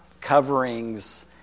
coverings